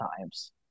times